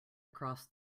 across